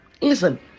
Listen